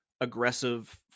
aggressive